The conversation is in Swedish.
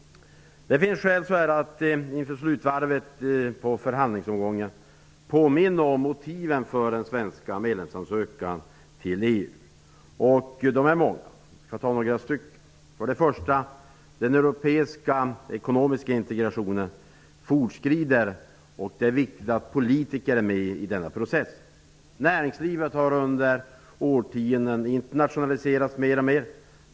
Det finns skäl att så här inför slutvarvet av förhandlingsomgången påminna om motiven för den svenska medlemsansökan till EU. De är många. Jag skall ta några stycken. För det första fortskrider den europeiska ekonomiska integrationen, och det är viktigt att politiker är med i denna process. Näringslivet har under årtionden internationaliserats mer och mer.